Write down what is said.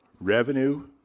Revenue